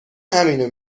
همینو